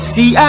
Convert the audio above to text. See